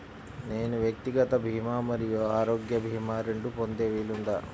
నేను వ్యక్తిగత భీమా మరియు ఆరోగ్య భీమా రెండు పొందే వీలుందా?